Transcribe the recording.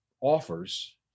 offers